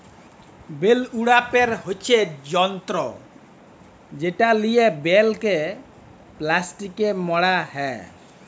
bell উড়াপের হচ্যে যন্ত্র যেটা লিয়ে বেলকে প্লাস্টিকে মড়া হ্যয়